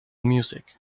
music